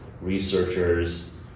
researchers